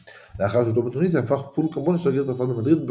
לאחר שהותו בתוניסיה הפך פול קמבון לשגריר צרפת במדריד,